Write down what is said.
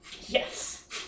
Yes